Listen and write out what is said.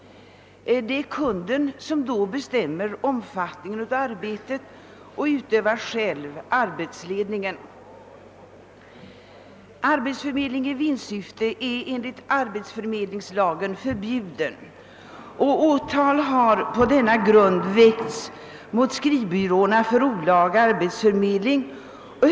Det är kunden som bestämmer omfattningen av arbetet och själv utövar arbetsledningen. Arbetsförmedling i vinstsyfte är enligt arbetsförmedlingslagen förbjuden, och åtal har på denna grund väckts mot skrivbyråer för olaga arbetsförmedling.